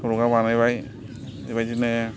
सरगआ बानायबाय बेबादिनो